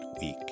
week